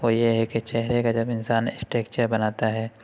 وہ یہ ہے کہ چہرے کا جب انسان اسٹیکچر بناتا ہے